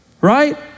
Right